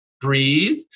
Breathe